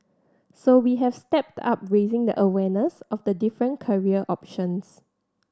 so we have stepped up raising the awareness of the different career options